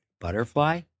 butterfly